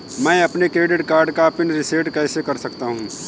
मैं अपने credit card का पिन रिसेट कैसे कर सकता हूँ?